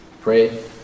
Pray